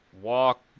walk